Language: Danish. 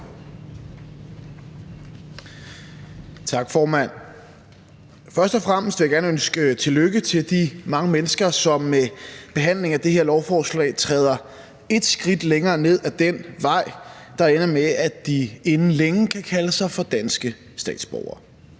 Tak, formand. Først og fremmest vil jeg gerne ønske tillykke til de mange mennesker, som med behandlingen af det her lovforslag træder et skridt længere ned ad den vej, der ender med, at de inden længe kan kalde sig for danske statsborgere.